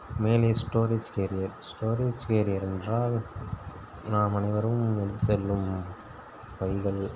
மேலே storage carrier storage carrier என்றால் நாம் அனைவரும் எடுத்து செல்லும் பைகள்